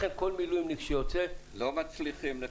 לכן, כל מילואימניק שיוצא -- לא מצליחים.